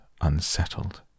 unsettled